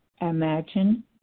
Imagine